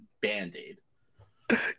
Band-Aid